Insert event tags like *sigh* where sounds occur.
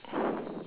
*breath*